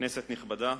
כנסת נכבדה,